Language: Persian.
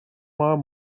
مام